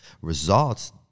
results